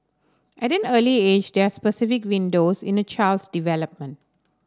at an early age there are specific windows in a child's development